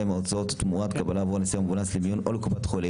מההוצאות תמורת קבלה או נסיעת אמבולנס למיון או לקופת חולים.